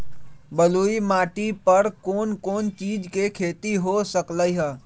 बलुई माटी पर कोन कोन चीज के खेती हो सकलई ह?